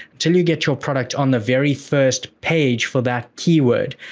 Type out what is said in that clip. until you get your product on the very first page for that keyword.